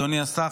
אדוני השר,